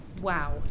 Wow